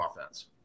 offense